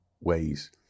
ways